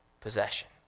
possession